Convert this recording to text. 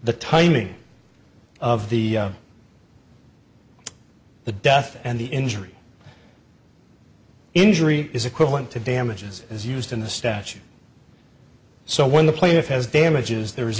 the timing of the the death and the injury injury is equivalent to damages is used in the statute so when the plaintiff has damages there